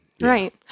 Right